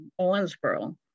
Owensboro